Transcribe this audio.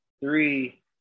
three